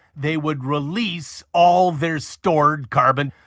they would release all their stored carbon.